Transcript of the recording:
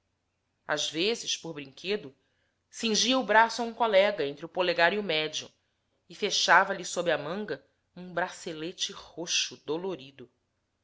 às vezes por brinquedo cingia o braço a um colega entre o polegar e o médio e fechava lhe sob a manga um bracelete roxo dolorido